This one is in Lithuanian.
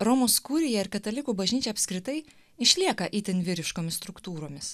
romos kurija ir katalikų bažnyčia apskritai išlieka itin vyriškomis struktūromis